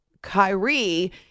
Kyrie